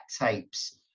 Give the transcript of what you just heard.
tapes